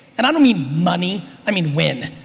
and i don't mean money, i mean win.